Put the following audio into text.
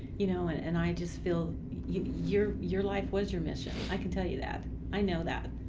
you know and and i just feel your your life was your mission. i can tell you that i know that.